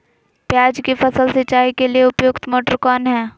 प्याज की फसल सिंचाई के लिए उपयुक्त मोटर कौन है?